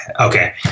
okay